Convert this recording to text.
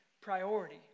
priority